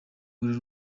uru